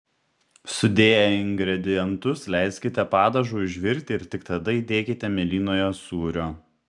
sudėję ingredientus leiskite padažui užvirti ir tik tada įdėkite mėlynojo sūrio